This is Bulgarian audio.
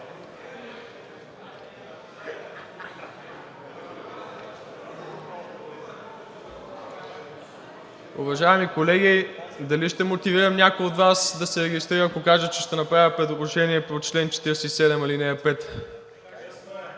Уважаеми колеги, дали ще мотивирам някой от Вас да се регистрира, ако кажа, че ще направя предложение по чл. 47, ал. 5?